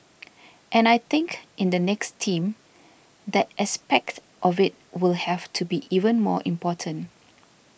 and I think in the next team that aspect of it will have to be even more important